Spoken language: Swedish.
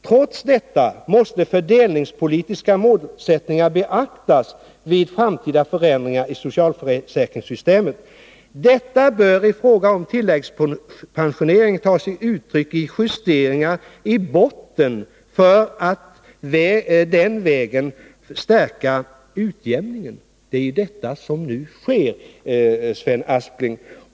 Trots detta måste fördelningspolitiska målsättningar beaktas vid framtida förändringar i socialförsäkringssystemet. Detta bör i fråga om tilläggspensioneringen ta sig uttryck i justeringar i botten för att den vägen förstärka utjämningen.” Det är detta som nu sker, Sven Aspling.